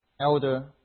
elder